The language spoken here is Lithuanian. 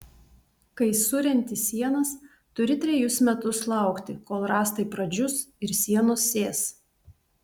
kai surenti sienas turi trejus metus laukti kol rąstai pradžius ir sienos sės